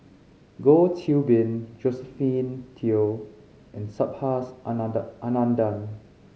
Goh Qiu Bin Josephine Teo and Subhas Anandan Anandan